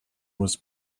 was